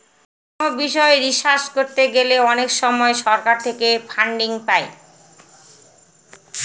কোনো বিষয় রিসার্চ করতে গেলে অনেক সময় সরকার থেকে ফান্ডিং পাই